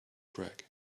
greg